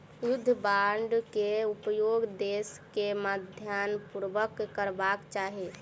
युद्ध बांड के उपयोग देस के ध्यानपूर्वक करबाक चाही